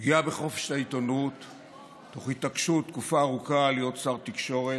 פגיעה בחופש העיתונות תוך התעקשות תקופה ארוכה להיות שר תקשורת,